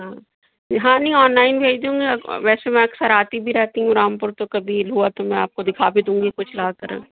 ہاں ہاں نہیں آن لائن بھیج دوں گے ویسے میں اکثر آتی بھی رہتی ہوں رامپور تو کبھی ہوا تو میں آپ کو دکھا بھی دوں گی کچھ لا کر